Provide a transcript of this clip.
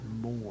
more